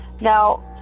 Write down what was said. Now